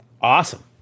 Awesome